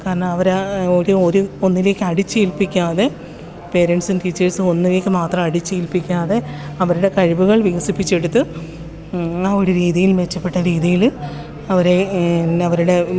കാരണം അവർ ആ ഒരു ഒരു ഒന്നിലേക്ക് അടിച്ചേൽപ്പിക്കാതെ പാരൻസും ടീച്ചേഴ്സും ഒന്നിലേക്ക് മാത്രം അടിച്ചേൽപ്പിക്കാതെ അവരുടെ കഴിവുകൾ വികസിപ്പിച്ചെടുത്ത് ആ ഒരു രീതിയിൽ മെച്ചപ്പെട്ട രീതിയിൽ അവരെ പിന്നെ അവരുടെ